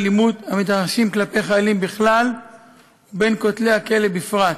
אלימות המתרחשים כלפי חיילים בכלל ובין כותלי הכלא בפרט.